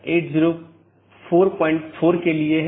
BGP AS के भीतर कार्यरत IGP को प्रतिस्थापित नहीं करता है